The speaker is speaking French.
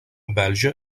belge